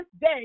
day